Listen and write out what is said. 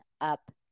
up